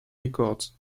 records